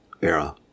era